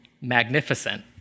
magnificent